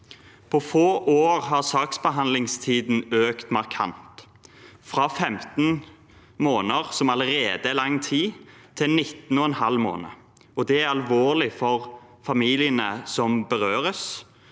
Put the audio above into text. På få år har saksbehandlingstiden økt markant: fra 15 måneder, som allerede er lang tid, til 19,5 måneder. Det er alvorlig for familiene som berøres,